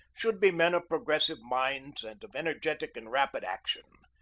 should be men of progressive minds and of energetic and rapid action.